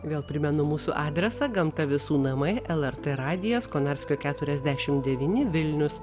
vėl primenu mūsų adresą gamta visų namai lrt radijas konarskio keturiasdešimt devyni vilnius